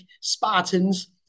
Spartans